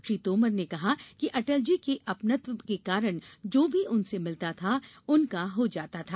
श्री तोमर ने कहा कि अटल जी के अपनत्व के कारण जो भी उनसे मिलता था उनका हो जाता था